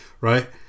right